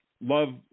love